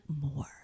More